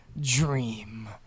Dream